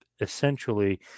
essentially